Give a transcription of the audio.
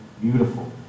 beautiful